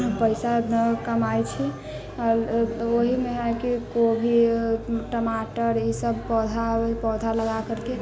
पैसा कमाइत छी ओहिमे अहाँके कोबी टमाटर ईसभ पौधा आब ई पौधा लगा करके